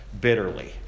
bitterly